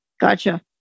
Gotcha